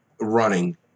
running